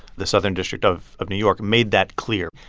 the southern district of of new york made that clear.